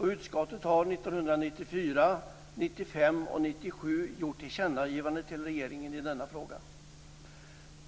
Utskottet har 1994, 1995 och 1997 gjort tillkännagivanden till regeringen i denna fråga.